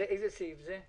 איזה סעיף זה?